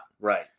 Right